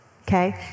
okay